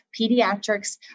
pediatrics